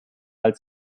als